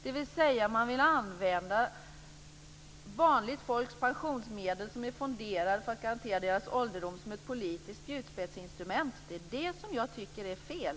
Man vill alltså använda vanligt folks pensionsmedel, som är fonderade för att garantera deras ålderdom, som ett politiskt spjutspetsinstrument. Det är det som jag tycker är fel.